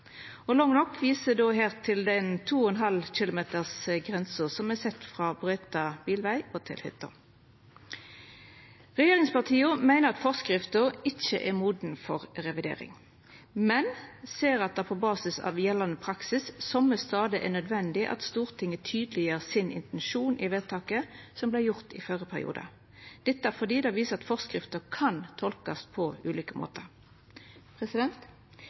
viser her til grensa på 2,5 km som er sett frå brøyta bilveg til hytte. Regjeringspartia meiner at forskrifta ikkje er moden for revidering, men ser at det på basis av gjeldande praksis somme stader er nødvendig at Stortinget tydeleggjer intensjonen sin med vedtaket som vart gjort i førre periode, dette fordi det viser at forskrifta kan tolkast på ulike måtar.